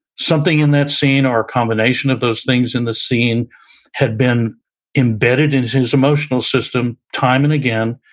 something in that scene or a combination of those things in the scene had been embedded in his emotional system, time and again,